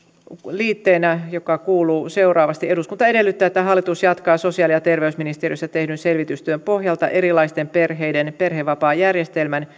liitteenä joka kuuluu seuraavasti eduskunta edellyttää että hallitus jatkaa sosiaali ja terveysministeriössä tehdyn selvitystyön pohjalta erilaisten perheiden perhevapaajärjestelmän